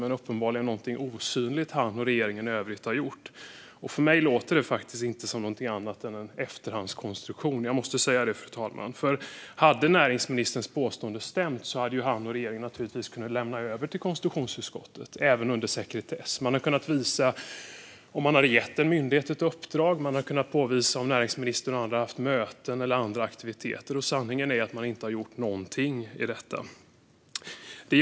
Men uppenbarligen finns det något osynligt som han och regeringen i övrigt har gjort. Jag måste få säga, fru talman, att det för mig inte låter som något annat än en efterhandskonstruktion. Om näringsministerns påstående hade stämt hade han och regeringen naturligtvis kunnat lämna över uppgifter till konstitutionsutskottet under sekretess. Man hade kunnat visa om man hade gett en myndighet något uppdrag. Man hade kunnat påvisa att näringsministern och andra hade haft möten eller andra aktiviteter. Sanningen är att man inte har gjort någonting i detta ärende.